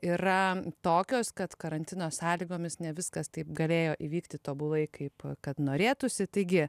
yra tokios kad karantino sąlygomis ne viskas taip galėjo įvykti tobulai kaip kad norėtųsi taigi